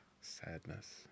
Sadness